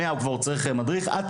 אם אין קטינים,